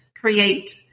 create